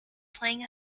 playing